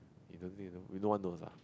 you don't think you know you don't want those ah